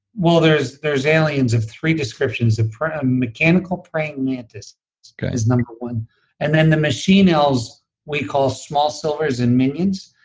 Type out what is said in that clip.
well, there's there's aliens of three descriptions. and a mechanical praying mantis is number one and then the machine elves we call small silvers and minions,